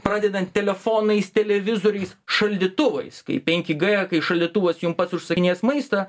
pradedant telefonais televizoriais šaldytuvais kaip penki g kai šaldytuvas jum pats užsakinės maistą